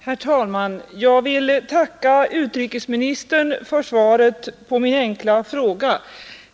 Herr talman! Jag vill tacka utrikesministern för svaret på min enkla fråga.